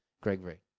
Gregory